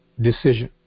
decision